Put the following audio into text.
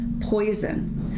poison